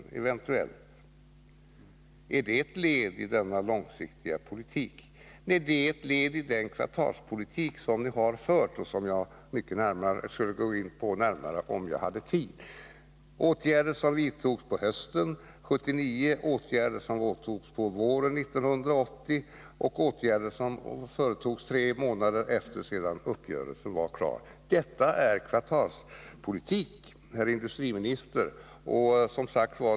Är detta ett led i denna långsiktiga politik? Nej, det är ett led i den kvartalspolitik som ni har fört och som jag, om jag hade tid, skulle kunna gå närmare in på. Det gäller åtgärder som vidtogs på hösten 1979, på våren 1980 och tre månader efter det att uppgörelsen var klar. Detta är kvartalspolitik, herr industriminister.